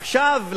עכשיו,